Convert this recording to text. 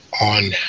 on